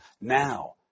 now